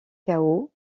chaos